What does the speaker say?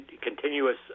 continuous